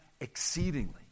exceedingly